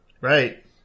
Right